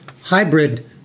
hybrid